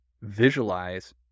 visualize